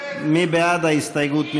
מי בעד ההסתייגות?